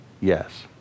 Yes